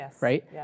Right